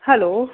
hello